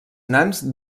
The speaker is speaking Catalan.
nans